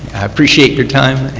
appreciate your time.